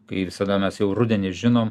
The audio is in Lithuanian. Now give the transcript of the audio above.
kai visada mes jau rudenį žinom